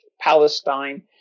Palestine